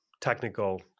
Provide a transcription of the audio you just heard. technical